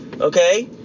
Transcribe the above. okay